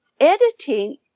Editing